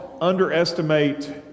underestimate